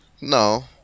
No